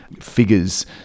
figures